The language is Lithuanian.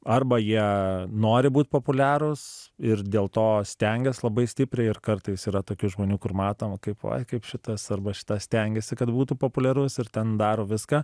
arba jie nori būt populiarūs ir dėl to stengias labai stipriai ir kartais yra tokių žmonių kur matom kaip oi kaip šitas arba šita stengiasi kad būtų populiarus ir ten daro viską